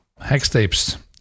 Hextapes